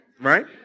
right